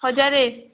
ହଜାର